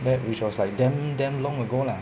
that which was like damn damn long ago lah